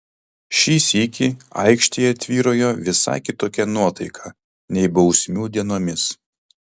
šį sykį aikštėje tvyrojo visai kitokia nuotaika nei bausmių dienomis